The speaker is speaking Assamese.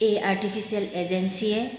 এই আৰ্টিফিচিয়েল ইন্টেলিজেন্সে